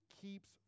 keeps